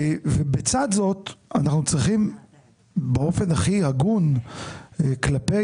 בצד זאת אנחנו צריכים באופן הכי הגון כלפי